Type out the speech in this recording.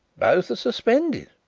both are suspended.